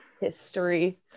history